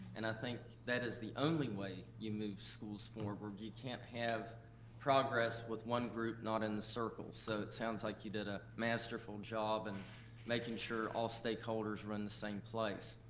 and i think that is the only way you move schools forward. you can't have progress with one group not in the circle, so it sounds like you did a masterful job in and making sure all stakeholders are in the same place.